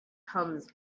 comes